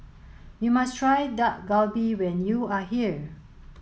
you must try Dak Galbi when you are here